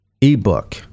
ebook